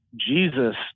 Jesus